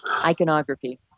Iconography